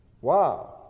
wow